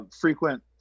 frequent